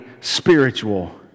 spiritual